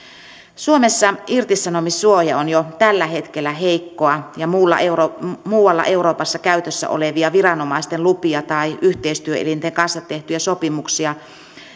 suomessa irtisanomissuoja on jo tällä hetkellä heikkoa ja muualla euroopassa käytössä olevia viranomaisten lupia tai yhteistyöelinten kanssa tehtyjä sopimuksia